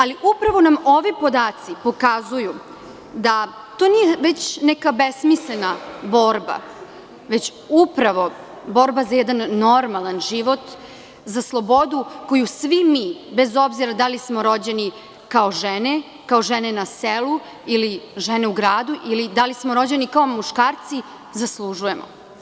Ali, upravo nam ovi podaci pokazuju da to nije neka besmislena borba, već upravo borba za jedan normalan život, za slobodu koju svi mi, bez obzira da li smo rođeni kao žene, kao žene na selu ili žene u gradu ili da li smo rođeni kao muškari, zaslužujemo.